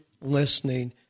listening